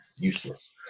useless